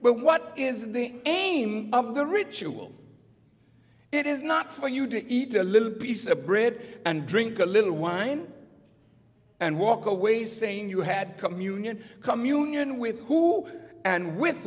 but what is the name of the ritual it is not for you to eat a little piece of bread and drink a little wine and walk away saying you had communion communion with who and with